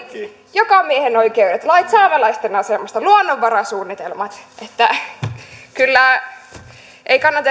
jokamiehenoikeudet lait saamelaisten asemasta luonnonvarasuunnitelmat että ei kannata